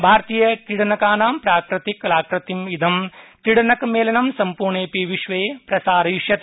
भारतीयक्रीडनकानां प्राकृतिककलाकृतिं इदं क्रीडकनकमेलकं सम्पूर्णेऽपि विश्वे प्रसारयिष्यति